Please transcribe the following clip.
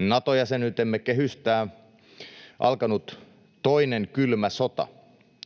Nato-jäsenyytemme kehystää alkanut toinen kylmä sota,